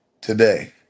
today